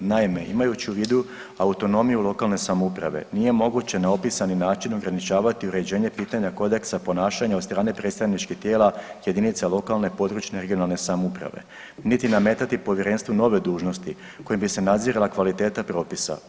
Naime, imajući u vidu autonomiju lokalne samouprave nije moguće na opisani način ograničavati uređenje pitanja kodeksa ponašanja od strane predstavničkih tijela jedinica lokalne, područne i regionalne samouprave niti nametati povjerenstvo nove dužnosti kojom bi se nadzirala kvaliteta propisa.